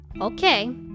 Okay